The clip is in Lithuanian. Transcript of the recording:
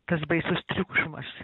tas baisus triukšmas